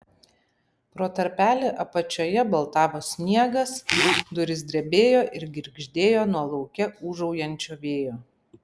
pro tarpelį apačioje baltavo sniegas durys drebėjo ir girgždėjo nuo lauke ūžaujančio vėjo